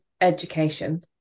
education